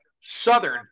Southern